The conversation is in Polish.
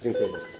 Dziękuję bardzo.